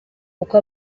uko